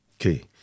Okay